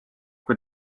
kui